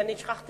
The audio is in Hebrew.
חבר הכנסת